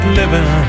living